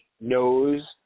knows